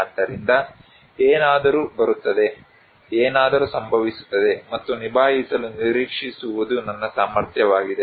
ಆದ್ದರಿಂದ ಏನಾದರೂ ಬರುತ್ತದೆ ಏನಾದರೂ ಸಂಭವಿಸುತ್ತದೆ ಮತ್ತು ನಿಭಾಯಿಸಲು ನಿರೀಕ್ಷಿಸುವುದು ನನ್ನ ಸಾಮರ್ಥ್ಯವಾಗಿದೆ